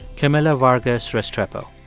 camila vargas restrepo.